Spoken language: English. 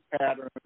pattern